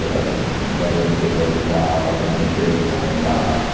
like a wedding catering job, an interior design job,